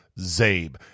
Zabe